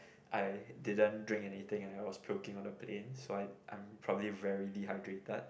I didn't drink anything and I was puking on the plane so I I'm probably very dehydrated